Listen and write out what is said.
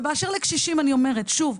ובאשר לקשישים אני אומרת שוב,